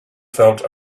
felt